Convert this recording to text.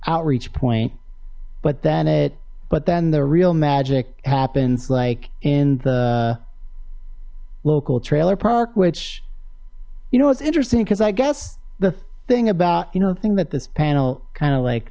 outreach point but then it but then the real magic happens like in the local trailer park which you know it's interesting because i guess the thing about you know the thing that this panel kind of like